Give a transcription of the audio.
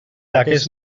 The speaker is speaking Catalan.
aquest